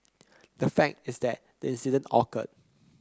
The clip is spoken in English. the fact is that the incident occurred